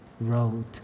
wrote